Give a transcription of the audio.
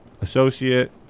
associate